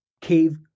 cave